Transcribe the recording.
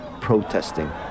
protesting